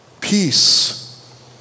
Peace